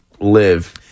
live